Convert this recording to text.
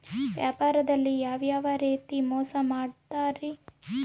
ವ್ಯಾಪಾರದಲ್ಲಿ ಯಾವ್ಯಾವ ರೇತಿ ಮೋಸ ಮಾಡ್ತಾರ್ರಿ?